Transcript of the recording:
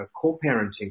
co-parenting